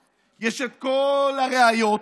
יש את כל ההוכחות, יש את כל הראיות,